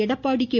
Edappadi K